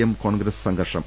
M Congress സംഘർഷം